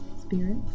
spirits